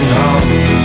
home